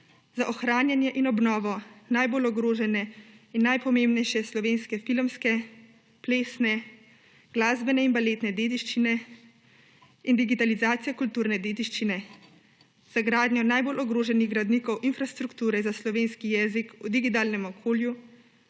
za ohranjanje in obnovo najbolj ogrožene in najpomembnejše slovenske filmske, plesne, glasbene in baletne dediščine in digitalizacijo kulturne dediščine, za gradnjo najbolj ogroženih gradnikov infrastrukture za slovenski jezik v digitalnem okolju,